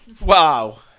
Wow